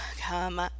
come